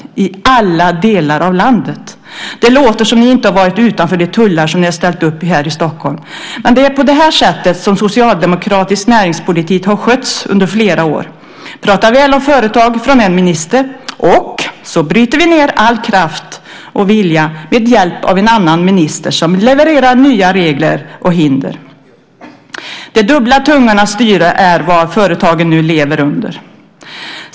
Jo: i alla delar av landet. Det låter som om ni inte har varit utanför de tullar som ni har ställt upp i Stockholm. Det är på det här sättet som socialdemokratisk näringspolitik har skötts under flera år. Låt en minister prata väl om företag. Sedan bryter vi ned all kraft och vilja med hjälp av en annan minister som levererar nya regler och hinder. De dubbla tungornas styre är vad företagen nu lever under.